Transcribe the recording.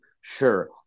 Sure